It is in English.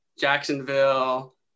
Jacksonville